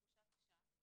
זו תחושה קשה.